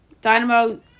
Dynamo